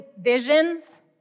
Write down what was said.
visions